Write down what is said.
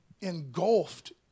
engulfed